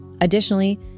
Additionally